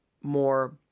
more